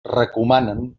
recomanen